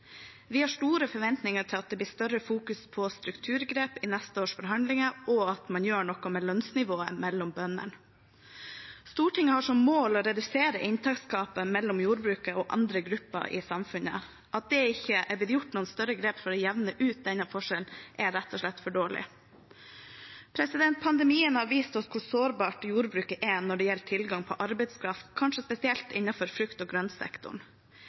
Vi har store forventninger til at det blir fokusert mer på strukturgrep i neste års forhandlinger, og at man gjør noe med lønnsnivået til bøndene. Stortinget har som mål å redusere inntektsgapet mellom jordbruket og andre grupper i samfunnet. At det ikke er blitt gjort noen større grep for å jevne ut denne forskjellen, er rett og slett for dårlig. Pandemien har vist oss hvor sårbart jordbruket er når det gjelder tilgang på arbeidskraft, kanskje spesielt innenfor frukt- og grøntsektoren.